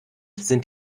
sind